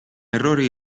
errore